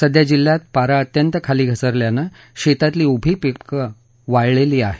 सध्या जिल्ह्यात पारा अत्यंत खाली घसरल्यानं शेतातली उभी पिकं वाळली आहेत